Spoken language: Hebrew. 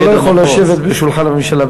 אתה לא יכול לשבת בשולחן הממשלה,